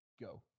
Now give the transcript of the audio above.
Go